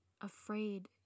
afraid